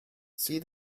see